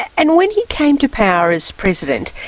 and when he came to power as president,